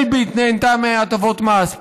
אלביט נהנתה מהטבות מס,